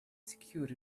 secured